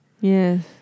Yes